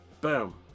Boom